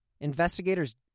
investigators